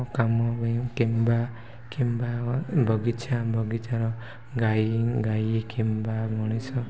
କାମ ପାଇଁ କିମ୍ବା କିମ୍ବା ବଗିଚା ବଗିଚାର ଗାଈ ଗାଈ କିମ୍ବା ମଣିଷ